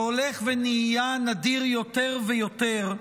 שהולך ונהיה נדיר יותר ויותר,